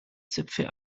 zöpfe